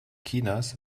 chinas